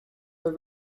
but